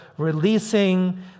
releasing